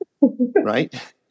right